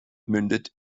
mündet